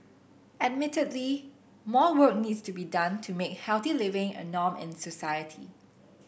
admittedly more work needs to be done to make healthy living a norm in society